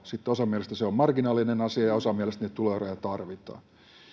sitten osan mielestä se on marginaalinen asia ja osan mielestä niitä tuloeroja tarvitaan toinen